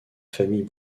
famille